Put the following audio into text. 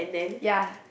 ya